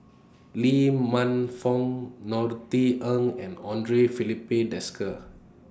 Lee Man Fong Norothy Ng and Andre Filipe Desker